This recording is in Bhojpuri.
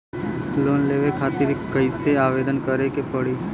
लोन लेवे खातिर कइसे आवेदन करें के पड़ी?